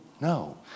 No